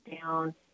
down